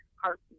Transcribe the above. heart